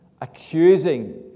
accusing